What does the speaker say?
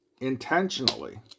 intentionally